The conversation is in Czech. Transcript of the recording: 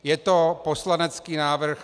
Je to poslanecký návrh.